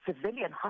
civilian